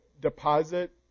deposit